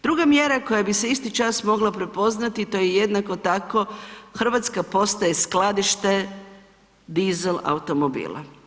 Druga mjera koja bi se isti čas mogla prepoznati, to je jednako tako, Hrvatska postaje skladište dizel automobila.